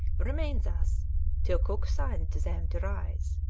remained thus till cook signed to them to rise.